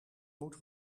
moeten